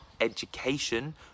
education